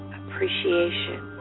appreciation